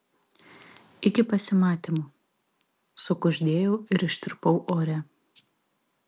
iki pasimatymo sukuždėjau ir ištirpau ore